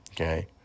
okay